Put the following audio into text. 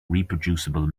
reproducible